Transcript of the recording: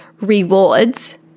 rewards